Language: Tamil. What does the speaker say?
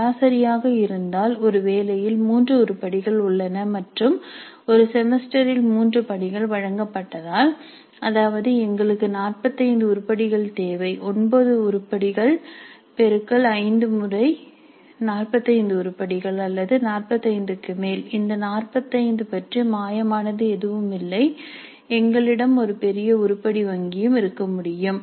சராசரியாக இருந்தால் ஒரு வேலையில் மூன்று உருப்படிகள் உள்ளன மற்றும் ஒரு செமஸ்டரில் மூன்று பணிகள் வழங்கப்பட்டால் அதாவது எங்களுக்கு 45 உருப்படிகள் தேவை 9 உருப்படிகள் x 5 முறை 45 உருப்படிகள் அல்லது 45 க்கு மேல் இந்த 45 பற்றி மாயமானது எதுவுமில்லை எங்களிடம் ஒரு பெரிய உருப்படி வங்கியும் இருக்க முடியும்